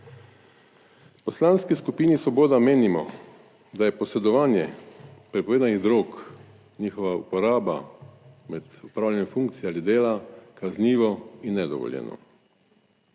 V Poslanski skupini Svoboda menimo, da je posedovanje prepovedanih drog, njihova uporaba med opravljanjem funkcije ali dela, kaznivo in nedovoljeno.